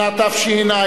שנת תשע"א,